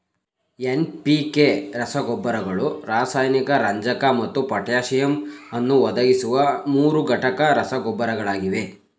NPK ರಸಗೊಬ್ಬರಗಳು ಸಾರಜನಕ ರಂಜಕ ಮತ್ತು ಪೊಟ್ಯಾಸಿಯಮ್ ಅನ್ನು ಒದಗಿಸುವ ಮೂರುಘಟಕ ರಸಗೊಬ್ಬರಗಳಾಗಿವೆ